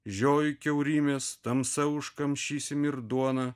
žioji kiaurymės tamsa užkamšysim ir duona